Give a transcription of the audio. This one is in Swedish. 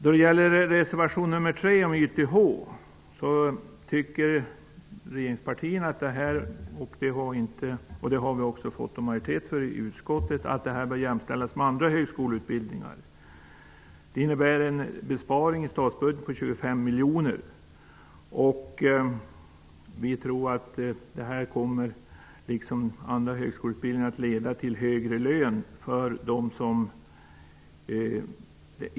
Då det gäller reservation 3 om YTH tycker regeringspartierna, och det har vi fått majoritet för i utskottet, att den utbildningen bör jämställas med andra högskoleutbildningar. Det innebär en besparing i statsbudgeten på 25 miljoner. Vi tror att denna, liksom andra högskoleutbildningar, kommer att leda till högre lön för dem som går YTH.